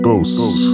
Ghosts